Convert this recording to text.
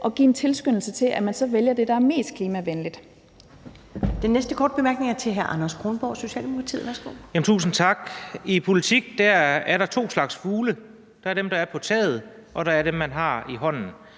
at give en tilskyndelse til, at man så vælger det, der er mest klimavenligt.